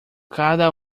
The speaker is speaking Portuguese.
cada